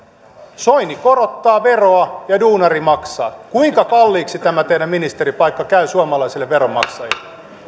soini korottaa veroa ja duunari maksaa kuinka kalliiksi tämä teidän ministeripaikkanne käy suomalaisille veronmaksajille